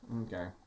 Okay